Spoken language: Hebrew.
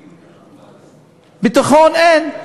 ביטחון, אין.